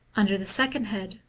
under the second head,